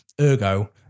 Ergo